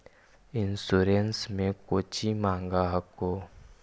Insurance मे कौची माँग हको?